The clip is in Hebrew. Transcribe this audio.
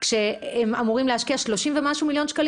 כשהן אמורות להשקיע שלושים ומשהו מיליון שקלים